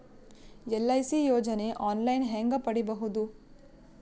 LIC ಯೋಜನೆ online ಹೇಂಗ ಪಡಿಬಹುದು?